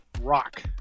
Rock